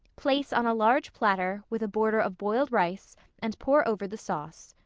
place on a large platter with a border of boiled rice and pour over the sauce.